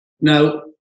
Now